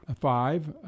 Five